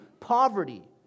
Poverty